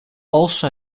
also